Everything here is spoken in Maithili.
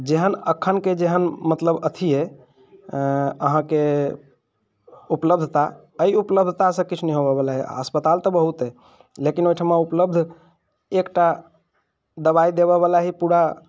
जेहन एखनके जेहन मतलब अथी अइ अऽ अहाँके उपलब्धता अइ उपलब्धतासँ किछु नहि होबऽवला अइ अस्पताल तऽ बहुत अइ लेकिन ओहिठमा उपलब्ध एकटा दबाइ देबऽवला ही पूरा